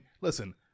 listen